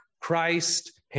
Christ